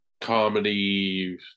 comedy